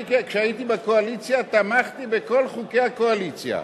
אני כשהייתי בקואליציה תמכתי בכל חוקי הקואליציה.